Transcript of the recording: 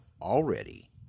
already